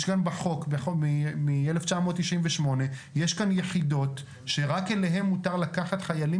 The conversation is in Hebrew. גם בחוק משנת 1998 יש כאן יחידות שרק אליהן מותר לקחת חיילים